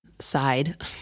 side